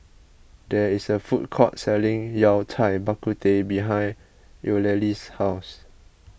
there is a food court selling Yao Cai Bak Kut Teh behind Eulalie's house